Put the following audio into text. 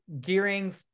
gearing